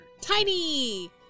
Tiny